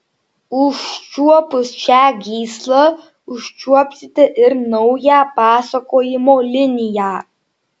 užčiuopus šią gyslą užčiuopsite ir naują pasakojimo liniją